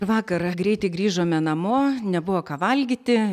vakar greitai grįžome namo nebuvo ką valgyti